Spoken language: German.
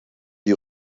die